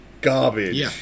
garbage